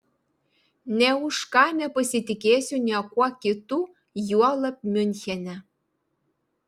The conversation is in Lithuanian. nė už ką nepasitikėsiu niekuo kitu juolab miunchene